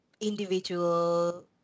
individual